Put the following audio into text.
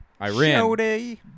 Iran